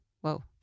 Whoa